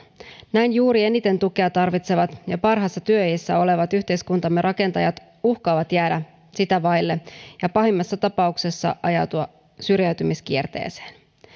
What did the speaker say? näin juuri eniten tukea tarvitsevat ja parhaassa työiässä olevat yhteiskuntamme rakentajat uhkaavat jäädä sitä vaille ja pahimmassa tapauksessa ajautua syrjäytymiskierteeseen